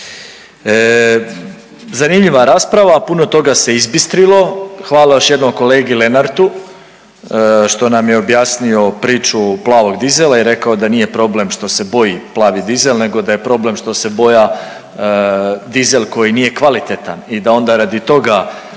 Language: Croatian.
zanimljiva rasprava, puno toga se izbistrilo. Hvala još jednom kolegi Lenartu što nam je objasnio priču plavog dizela i rekao da nije problem što se boji plavi dizel nego da je problem što se boja dizel koji nije kvalitetan i da onda radi toga